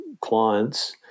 clients